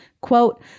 Quote